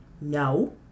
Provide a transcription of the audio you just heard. no